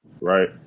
right